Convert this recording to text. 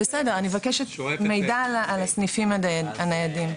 בסדר, אני מבקשת מידע על הסניפים הניידים.